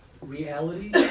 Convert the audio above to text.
reality